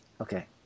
okay